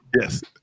Yes